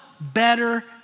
better